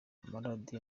amaradiyo